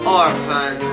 orphan